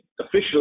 officially